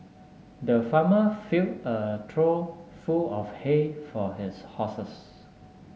the farmer fill a trough full of hay for his horses